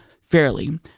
fairly